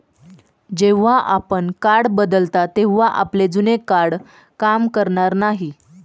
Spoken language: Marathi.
जेव्हा आपण कार्ड बदलता तेव्हा आपले जुने कार्ड काम करणार नाही